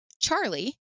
Charlie